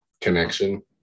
connection